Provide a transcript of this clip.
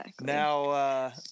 Now